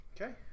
Okay